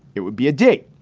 it would be a date.